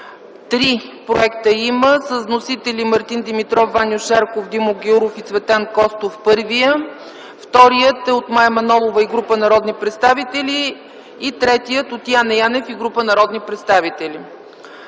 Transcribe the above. три проекта с вносители Мартин Димитров, Ваньо Шарков, Димо Гяуров и Цветан Костов – първият; вторият е от Мая Манолова и група народни представители, а третият от Яне Янев и група народни представители.